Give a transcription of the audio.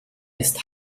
ist